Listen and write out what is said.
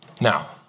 Now